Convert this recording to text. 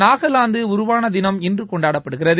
நாகலாந்து உருவான தினம் இன்று கொண்டாடப்படுகிறது